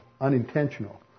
unintentional